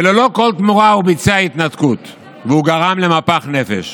וללא כל תמורה הוא ביצע התנתקות והוא גרם למפח נפש.